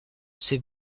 c’est